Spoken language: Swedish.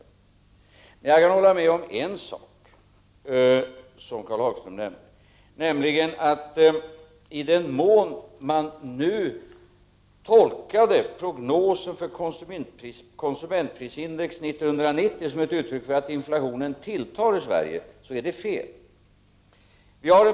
Jag kan emellertid hålla med om en sak som Karl Hagström nämnde, nämligen att i den mån man nu tolkade prognosen för konsumentprisindex 1990 som ett uttryck för att inflationen i Sverige tilltar är det fel.